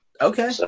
okay